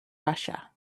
russia